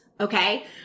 okay